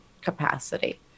capacity